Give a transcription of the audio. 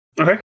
Okay